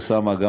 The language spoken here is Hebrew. אוסאמה,